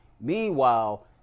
Meanwhile